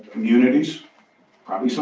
unities probably so